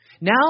Now